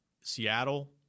Seattle